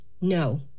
No